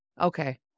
Okay